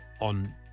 on